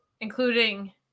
including